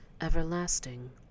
everlasting